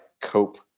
cope